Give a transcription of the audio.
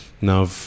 Now